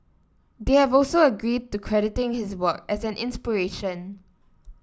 they have also agreed to crediting his work as an inspiration